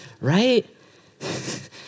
right